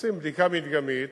ועושים בדיקה מדגמית,